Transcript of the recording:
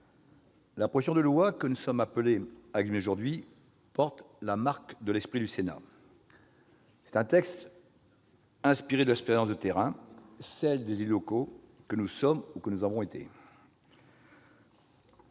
la proposition de loi que nous sommes appelés à examiner aujourd'hui porte la marque de l'esprit du Sénat. C'est un texte inspiré par l'expérience de terrain, celle des élus locaux que nous sommes ou que nous avons été.